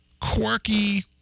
quirky